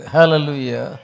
Hallelujah